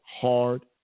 hard